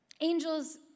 Angels